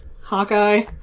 Hawkeye